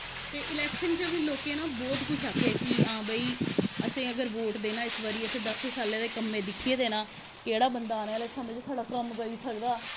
ते इलेक्शन च बी लोकें ना बहोत कुछ आखेआ ऐ कि आं भाई असें अगर वोट देना ऐ इस बारी असें दस्सें सालें दे कम्में गी दिक्खियै देना ऐ केह्ड़ा बंदा आने आह्ले समें च साढ़ा कम्म करी सकदा